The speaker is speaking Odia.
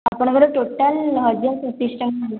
ଆପଣଙ୍କର ଟୋଟାଲ ହଜାରେ ତେତିଶ ଟଙ୍କା ହେଲା